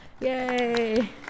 Yay